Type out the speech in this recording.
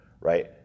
right